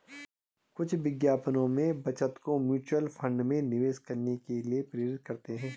कुछ विज्ञापनों में बचत को म्यूचुअल फंड में निवेश करने के लिए प्रेरित करते हैं